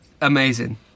amazing